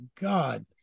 God